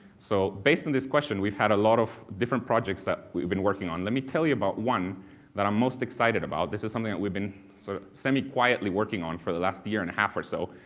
so based on this question we've had a lot of different projects that we've been working on, let me tell you about one that i'm most excited about this is something that we've been of so semi-quietly working on for the last year and a half or so.